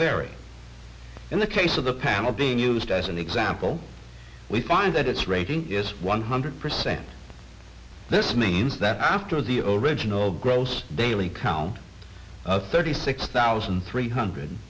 vary in the case of the panel being used as an example we find that its rating is one hundred percent this means that after the over riginal gross daily count of thirty six thousand three hundred